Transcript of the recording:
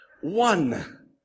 One